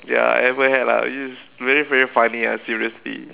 ya ever had lah which is very very funny ah seriously